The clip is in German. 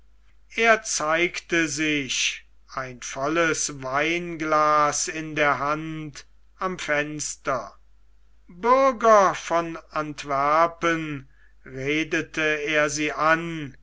er zeigte sich ein volles weinglas in der hand am fenster bürger von antwerpen redete er sie an